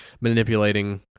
manipulating